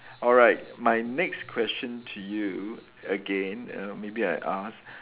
alright my next question to you again err maybe I ask